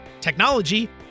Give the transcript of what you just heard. technology